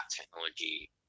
technology